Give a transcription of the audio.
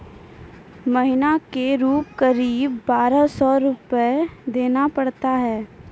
महीना के रूप क़रीब बारह सौ रु देना पड़ता है?